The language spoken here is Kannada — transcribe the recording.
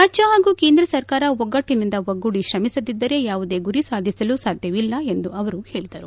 ರಾಜ್ಯ ಪಾಗೂ ಕೇಂದ್ರ ಸರ್ಕಾರ ಒಗ್ಗಟ್ಟಿನಿಂದ ಒಗ್ಗೂಡಿ ಶ್ರಮಿಸದಿದ್ದರೆ ಯಾವುದೇ ಗುರಿ ಸಾಧಿಸಲು ಸಾಧ್ಯವಿಲ್ಲ ಎಂದು ಅವರು ಹೇಳಿದರು